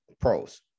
pros